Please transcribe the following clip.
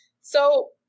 So-